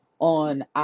on